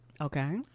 Okay